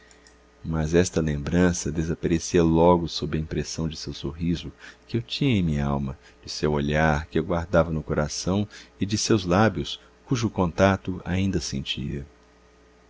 mas esta lembrança desaparecia logo sob a impressão de seu sorriso que eu tinha em minh'alma de seu olhar que eu guardava no coração e de seus lábios cujo contato ainda sentia